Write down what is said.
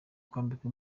kwambikwa